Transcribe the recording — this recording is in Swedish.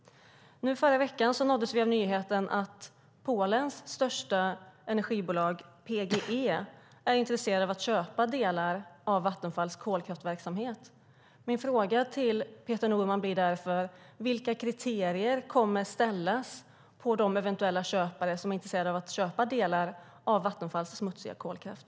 I förra veckan nåddes vi av nyheten att Polens största energibolag PGE är intresserat av att köpa delar av Vattenfalls kolkraftverksamhet. Min fråga till Peter Norman blir därför: Vilka krav kommer att ställas på de eventuella köpare som är intresserade av att köpa delar av Vattenfalls smutsiga kolkraft?